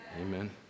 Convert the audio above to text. Amen